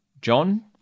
John